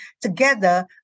together